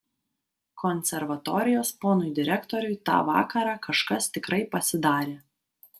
konservatorijos ponui direktoriui tą vakarą kažkas tikrai pasidarė